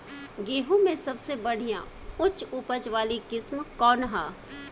गेहूं में सबसे बढ़िया उच्च उपज वाली किस्म कौन ह?